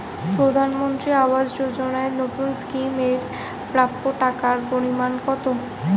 প্রধানমন্ত্রী আবাস যোজনায় নতুন স্কিম এর প্রাপ্য টাকার পরিমান কত?